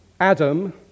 Adam